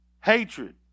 Hatred